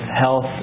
health